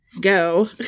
go